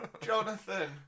Jonathan